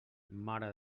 mare